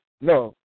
No